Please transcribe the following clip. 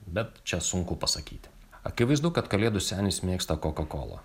bet čia sunku pasakyti akivaizdu kad kalėdų senis mėgsta kokakolą